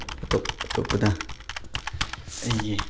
ꯑꯇꯣꯞ ꯑꯇꯣꯞꯄꯗ ꯑꯩꯒꯤ